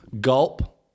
gulp